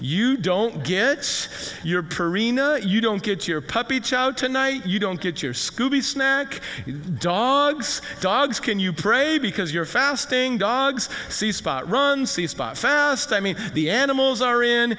you don't get your purina you don't get your puppy chow tonight you don't get your scooby snack dogs dogs can you pray because you're fasting dogs see spot run see spot fast i mean the animals are in